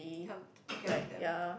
help to take care of them